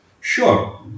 Sure